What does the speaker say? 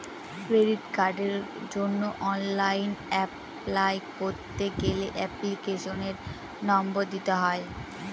credit কার্ডের জন্য online apply করতে গেলে এপ্লিকেশনের নম্বর দিতে হয়